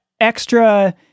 extra